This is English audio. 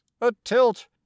A-tilt